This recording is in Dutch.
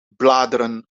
bladeren